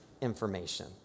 information